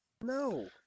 No